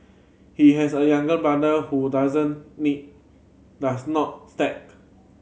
he has a younger brother who doesn't need does not stake